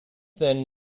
then